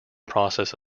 process